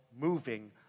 moving